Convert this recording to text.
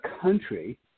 country